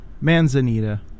Manzanita